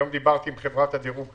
היום דיברתי עם חברת הדירוג פיץ',